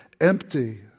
empty